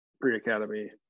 pre-academy